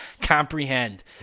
comprehend